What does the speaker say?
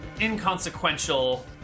inconsequential